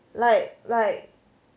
like like